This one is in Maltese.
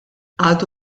għadu